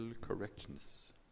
correctness